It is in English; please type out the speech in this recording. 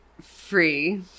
free